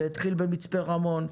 זה התחיל במצפה רמון,